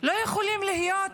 לא יכולים להיות,